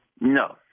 No